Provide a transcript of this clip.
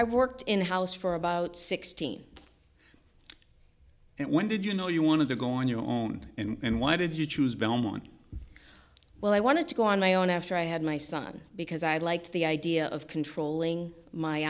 i worked in the house for about sixteen and when did you know you wanted to go on your own and why did you choose belmont well i wanted to go on my own after i had my son because i like the idea of controlling my